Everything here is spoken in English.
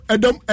Adam